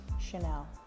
Chanel